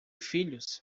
filhos